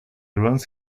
runs